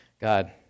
God